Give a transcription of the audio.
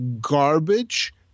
garbage